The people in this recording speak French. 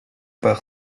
par